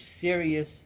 serious